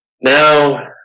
Now